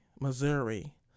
Missouri